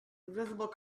invisible